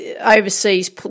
overseas